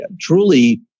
Truly